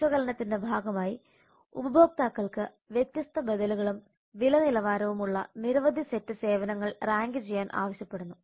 വിശകലനത്തിന്റെ ഭാഗമായി ഉപഭോക്താക്കൾക്ക് വ്യത്യസ്ത ബദലുകളും വില നിലവാരവും ഉള്ള നിരവധി സെറ്റ് സേവനങ്ങൾ റാങ്ക് ചെയ്യാൻ ആവശ്യപ്പെടുന്നു